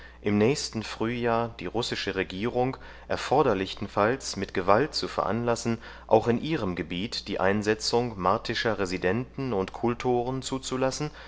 im nächsten frühjahr die russische regierung erforderlichenfalls mit gewalt zu veranlassen auch in ihrem gebiet die einsetzung martischer residenten und kultoren zuzulassen